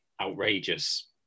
outrageous